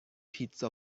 پیتزا